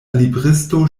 libristo